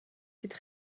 cette